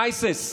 מיישעס.